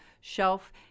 shelf